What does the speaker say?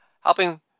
helping